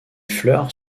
fleurs